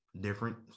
Different